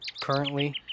currently